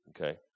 okay